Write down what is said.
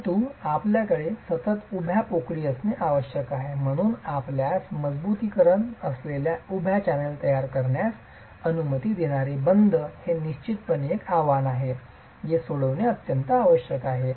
परंतु आपल्याकडे सतत उभ्या पोकळी असणे आवश्यक आहे आणि म्हणूनच आपल्यास मजबुतीकरण असलेल्या उभ्या चॅनेल तयार करण्यास अनुमती देणारे बंध हे निश्चितपणे एक आव्हान आहे जे सोडविणे आवश्यक आहे